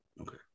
Okay